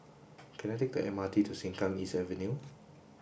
can I take the M R T to Sengkang East Avenue